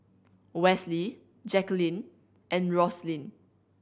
Wesley Jacquelyn and Roslyn